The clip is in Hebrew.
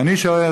ואני שואל,